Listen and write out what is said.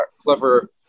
clever